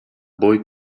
boy